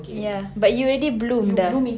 yeah but you already bloomed dah